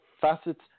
facets